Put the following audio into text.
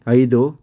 ಐದು